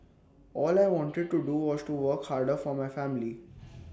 all I wanted to do was to work harder for my family